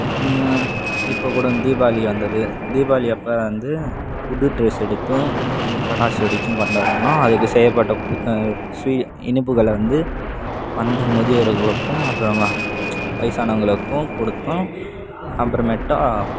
இப்போது கூட தீபாவளி வந்தது தீபாவளி அப்போ வந்து புது டிரெஸ் எடுத்தோம் பட்டாசு வெடித்தும் கொண்டாடினோம் அதுக்கு செய்யப்பட்ட ஸ்வீ இனிப்புகளை வந்து வந்த முதியோர்களுக்கும் அப்புறமா வயசானவங்களுக்கும் கொடுத்தோம் அப்புறமேட்டா